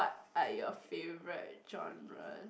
are your favourite genres